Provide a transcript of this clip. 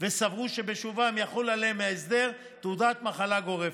וסברו שבשובם יחול עליהם הסדר תעודת מחלה גורפת.